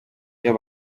iyo